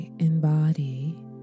Embody